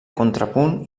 contrapunt